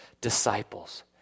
disciples